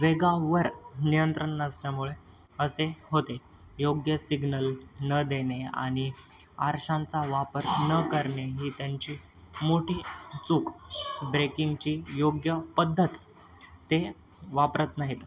वेगावर नियंत्रण नसल्यामुळे असे होते योग्य सिग्नल न देणे आणि आरशांचा वापर न करणे ही त्यांची मोठी चूक ब्रेकिंगची योग्य पद्धत ते वापरत नाहीत